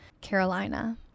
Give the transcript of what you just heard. Carolina